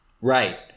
Right